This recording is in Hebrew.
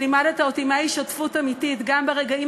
שלימדת אותי מהי שותפות אמיתית גם ברגעים